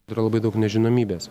turiu labai daug nežinomybės